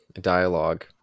dialogue